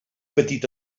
petit